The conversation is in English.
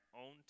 own